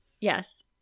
Yes